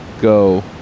go